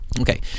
okay